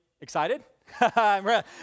excited